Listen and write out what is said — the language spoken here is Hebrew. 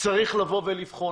צריך לבחון.